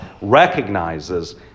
recognizes